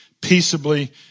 peaceably